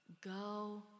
go